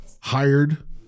hired